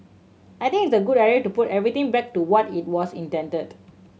I think it's a good idea to put everything back to what it was intended